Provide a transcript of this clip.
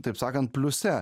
taip sakant pliuse